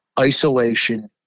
isolation